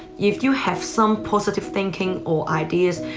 if you have some positive thinking or ideas,